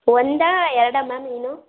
ಒಂದಾ ಎರಡಾ ma'am Eno